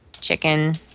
chicken